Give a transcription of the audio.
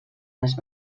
les